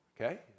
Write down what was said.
Okay